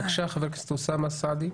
בבקשה, חבר הכנסת אוסאמה סעדי.